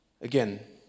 again